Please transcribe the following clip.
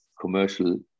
commercial